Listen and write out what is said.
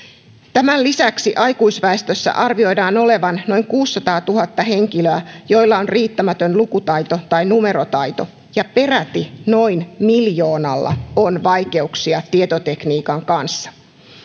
tämän lisäksi aikuisväestössä arvioidaan olevan noin kuusisataatuhatta henkilöä joilla on riittämätön lukutaito tai numerotaito ja peräti noin miljoonalla on vaikeuksia tietotekniikan kanssa